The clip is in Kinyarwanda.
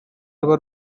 ruba